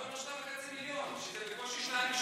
למה אתה אומר 2.5 מיליון כשזה בקושי 2?